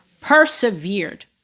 persevered